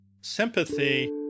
sympathy